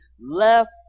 left